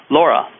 Laura